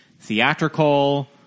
theatrical